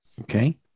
Okay